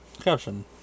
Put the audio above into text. Caption